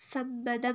സമ്മതം